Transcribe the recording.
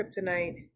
kryptonite